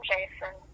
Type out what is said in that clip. Jason